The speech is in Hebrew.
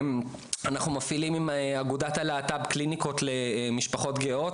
עם אגודת הלהט"ב אנחנו מפעילים קליניקות למשפחות גאות,